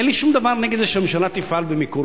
אין לי שום דבר נגד זה שהממשלה תפעל במיקור-חוץ,